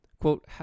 quote